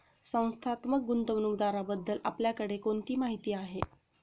संस्थात्मक गुंतवणूकदाराबद्दल आपल्याकडे कोणती माहिती आहे?